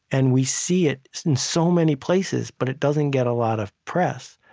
and we see it in so many places, but it doesn't get a lot of press,